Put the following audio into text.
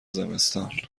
زمستان